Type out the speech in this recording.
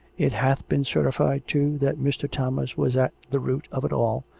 it hath been certified, too, that mr. thomas was at the root of it all,